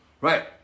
right